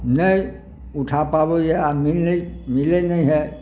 नहि ऊठा पाबैया आ मिलै मिलै नहि है